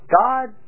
God